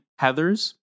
Heathers